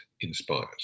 inspires